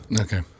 Okay